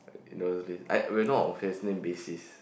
in the first place I we are not on first name basis